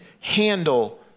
handle